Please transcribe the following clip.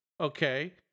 okay